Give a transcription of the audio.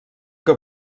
que